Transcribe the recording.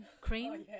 cream